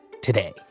Today